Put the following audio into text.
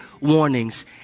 warnings